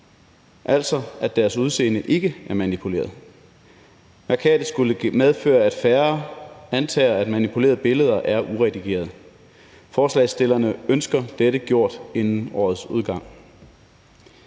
altså at deres udseende ikke er manipuleret. Mærkatet skulle medføre, at færre antager, at manipulerede billeder er uredigerede. Forslagsstillerne ønsker dette gjort inden årets udgang.